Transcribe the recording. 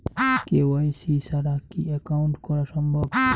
KYC ছাড়া কি account করা সম্ভব?